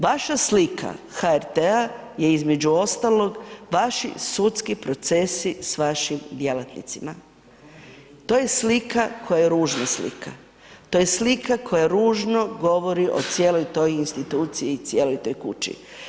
Vaša slika HRT-a je između ostalog vaši sudski procesi s vašim djelatnicima, to je slika koja je ružna slika, to je slika koja ružno govori o cijeloj toj instituciji i cijeloj toj kući.